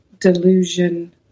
delusion